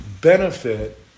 benefit